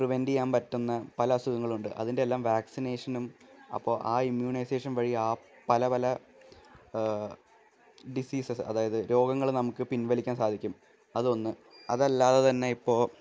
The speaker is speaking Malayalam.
പ്രിവെൻറ്റ് ചെയ്യാൻ പറ്റുന്ന പല അസുഖങ്ങളുണ്ട് അതിൻ്റെ എല്ലാം വാക്സിനേഷനും അപ്പോൾ ആ ഇമ്മ്യൂണൈസേഷൻ വഴി ആ പല പല ഡിസീസസ് അതായത് രോഗങ്ങൾ നമുക്ക് പിൻവലിക്കാൻ സാധിക്കും അതൊന്ന് അതല്ലാതെ തന്നെ ഇപ്പോൾ